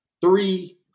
Three